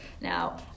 Now